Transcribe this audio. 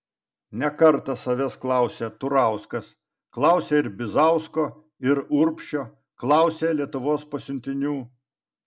ne kartą savęs klausė turauskas klausė ir bizausko ir urbšio klausė lietuvos pasiuntinių